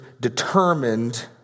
determined